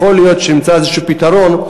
ולכן, יכול להיות שנמצא איזשהו פתרון.